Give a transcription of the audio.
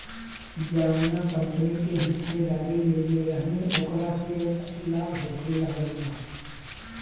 जावना कंपनी के हिस्सेदारी लेले रहनी ओकरा से अब कुछ लाभ होखे लागल बा